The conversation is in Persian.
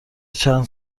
چند